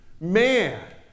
Man